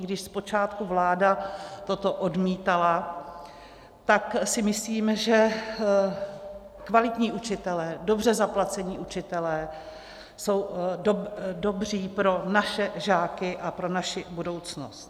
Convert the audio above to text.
I když zpočátku vláda toto odmítala, tak si myslíme, že kvalitní učitelé, dobře zaplacení učitelé jsou dobří pro naše žáky a pro naši budoucnost.